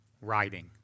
writing